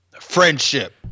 Friendship